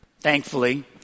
Thankfully